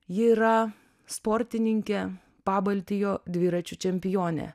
ji yra sportininkė pabaltijo dviračių čempionė